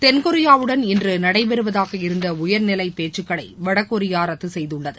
தென்கொரியாவுடன் இன்று நடைபெறுவதாக இருந்த உயர்நிலை பேச்சுக்களை வடகொரியா ரத்து செய்துள்ளது